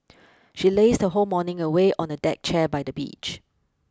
she lazed her whole morning away on a deck chair by the beach